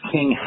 King